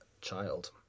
child